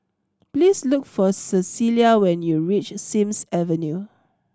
please look for Cecelia when you reach Sims Avenue